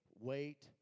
wait